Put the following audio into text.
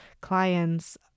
clients